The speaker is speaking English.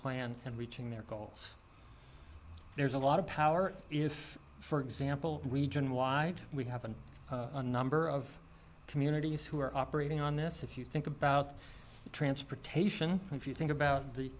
plan and reaching their goals there's a lot of power if for example region wide we have a number of communities who are operating on this if you think about transportation if you think about the